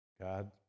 God